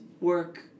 work